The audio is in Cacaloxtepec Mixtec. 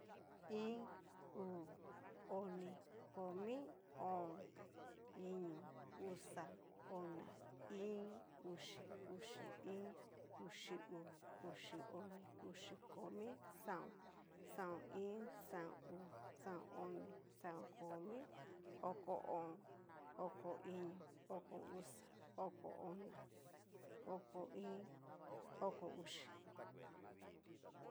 Iin, uu, oni, komi, o'on, iño, uxa, ona, íín, uxi, uxi iin, uxi uu, uxi oni, uxi komi, xaon, xaon iin, xaon uu, xaon oni, xaon komi, oko o'on, oko iño, oko uxa, oko ona, oko iin, oko uxi.